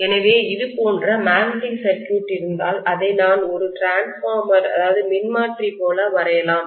எனவே இது போன்ற மேக்னெட்டிக் சர்க்யூட் இருந்தால் இதை நான் ஒரு டிரான்ஸ்பார்மர் மின்மாற்றி போல வரையலாம்